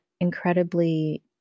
incredibly